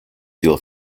steel